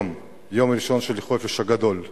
היום, היום הראשון של חופש הגדול,